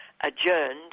adjourned